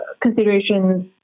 considerations